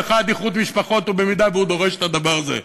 אחד איחוד משפחות אם הוא דורש את הדבר הזה,